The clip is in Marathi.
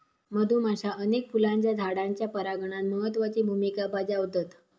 मधुमाश्या अनेक फुलांच्या झाडांच्या परागणात महत्त्वाची भुमिका बजावतत